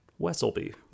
Wesselby